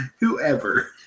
Whoever